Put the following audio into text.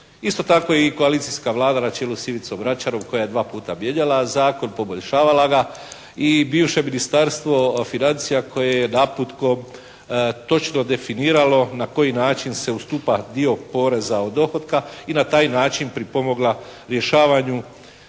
Isto tako koalicijska Vlada na čelu sa Ivicom Račanom koja je dva puta mijenjala zakon, poboljšavala ga i bivše Ministarstvo financija koje je naputkom točno definiralo na koji način se ustupa dio poreza od dohotka i na taj način pripomogla rješavanju